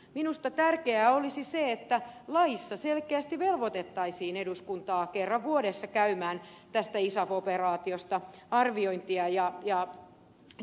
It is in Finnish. minusta tärkeää olisi se että laissa selkeästi velvoitettaisiin eduskuntaa kerran vuodessa käymään tästä isaf operaatiosta arviointia ja keskustelua